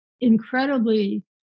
incredibly